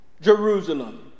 Jerusalem